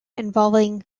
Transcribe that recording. involving